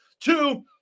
Two